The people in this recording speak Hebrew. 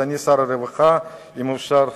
אדוני שר הרווחה, אם אפשר,